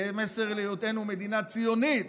מסר להיותנו מדינה ציונית